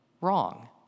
Wrong